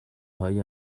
های